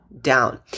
down